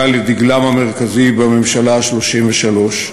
היה לדגלם המרכזי בממשלה ה-33,